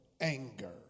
anger